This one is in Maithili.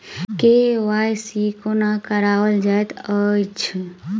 के.वाई.सी कोना कराओल जाइत अछि?